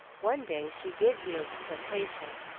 one day she did yield to temptation,